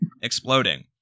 exploding